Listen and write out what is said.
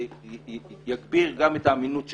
זה יגביר גם את האמינות שלך.